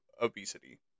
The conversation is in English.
obesity